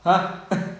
!huh!